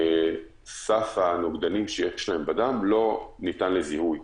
סף הנוגדנים שיש להם בדם לא ניתן לזיהוי.